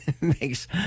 Makes